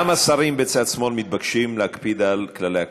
גם השרים בצד שמאל מתבקשים להקפיד על כללי הכנסת.